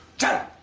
to